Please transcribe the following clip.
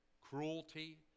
cruelty